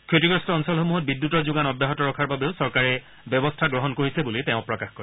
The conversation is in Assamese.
ক্ষতিগ্ৰস্ত অঞ্চলসমূহত বিদ্যুতৰ যোগান অব্যাহত ৰখাৰ বাবেও চৰকাৰে ব্যৱস্থা গ্ৰহণ কৰিছে বুলি তেওঁ প্ৰকাশ কৰে